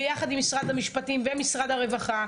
ביחד עם משרד המשפטים ומשרד הרווחה.